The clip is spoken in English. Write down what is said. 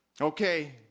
Okay